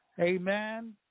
amen